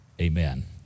amen